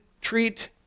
treat